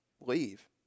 leave